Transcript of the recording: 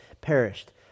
perished